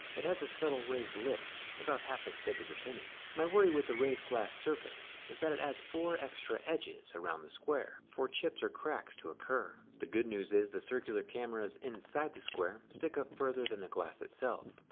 it has a subtle raised lip about half as thick as a penny. my worry with the raised glass surface is that it has four extra edges around the square for chips or cracks to occur. the good new is, the circular cameras inside the square stick up further than the glass itself.